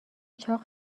چاق